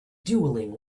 dueling